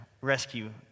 rescue